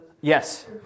Yes